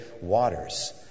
waters